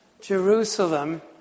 Jerusalem